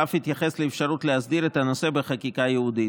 ואף התייחס לאפשרות להסדיר את הנושא בחקיקה ייעודית.